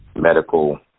medical